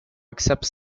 accepts